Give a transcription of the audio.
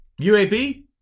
UAB